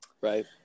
Right